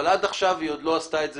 אבל עד עכשיו היא עוד לא עשתה את זה.